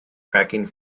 cracking